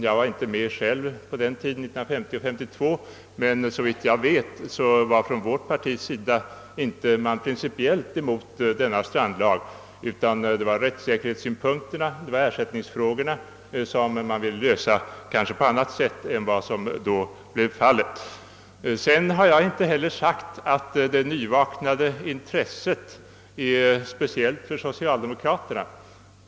Jag var inte med själv på den tiden — 1950 och 1952 — men såvitt jag vet var vårt parti inte principiellt emot strandlagen, utan det var rättssäkerhetsfrågorna och ersättningsfrågorna som partiet ville lösa på ett något annorlunda sätt än som då beslutades. Jag har inte heller sagt att »det nyvaknade intresset» är något speciellt för socialdemokraterna.